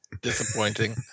Disappointing